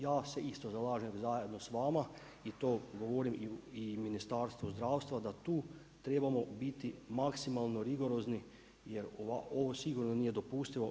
Ja se isto zalažem zajedno s vama i to govori i Ministarstvo zdravstva, da tu trebamo biti maksimalno rigorozni jer ovo sigurno nije dopustivo.